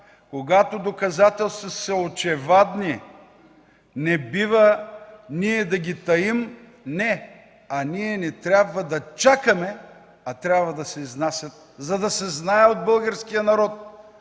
когато доказателствата са очевадни, не бива ние да ги таим – не, ние не трябва да чакаме, а трябва да се изнасят, за да се знае от българския народ